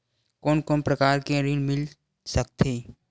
कोन कोन प्रकार के ऋण मिल सकथे?